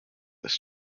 this